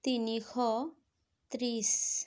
তিনিশ ত্ৰিছ